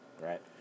right